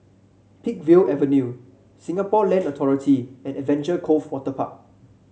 Peakville Avenue Singapore Land Authority and Adventure Cove Waterpark